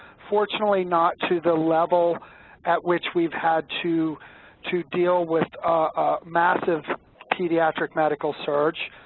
fortunately not to the level at which we've had to to deal with a massive pediatric medical surge.